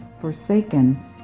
forsaken